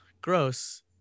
Gross